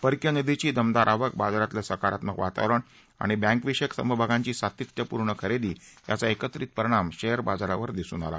परकीय निधीची दमदार आवक बाजारातलं सकारात्मक वातावरण आणि बँकविषयक समभागांची सातत्यपूर्ण खरेदी यांचा एकत्रित परिणाम शेअर बाजारावर दिसून आला